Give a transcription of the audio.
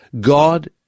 God